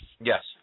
Yes